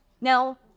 Now